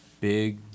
Big